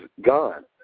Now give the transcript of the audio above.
gone